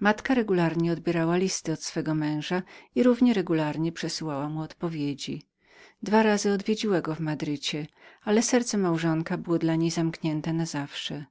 matka często odbierała listy od swego męża i natychmiast przesyłała mu odpowiedzi dwa razy odwiedzała go w madrycie ale serce małżonka było dla niej zamkniętem na zawsze